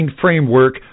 Framework